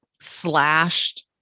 slashed